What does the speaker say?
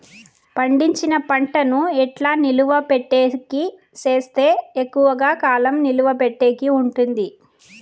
పండించిన పంట ను ఎట్లా నిలువ పెట్టేకి సేస్తే ఎక్కువగా కాలం నిలువ పెట్టేకి ఉంటుంది?